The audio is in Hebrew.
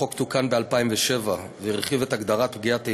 החוק תוקן ב-2007 והרחיב את הגדרת "פגיעת איבה"